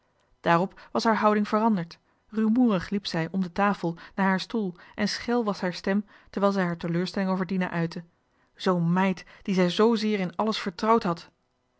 daarop was haar houding veranderd rumoerig liep zij om de tafel naar haar stoel en schel was haar stem terwijl zij haar teleurstelling over dina uitte zoo'n meid die zij zoozeer in alles vertrouwd had